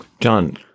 John